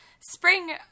spring